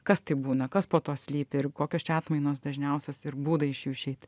kas tai būna kas po to slypi ir kokios čia atmainos dažniausios ir būdai iš jų išeit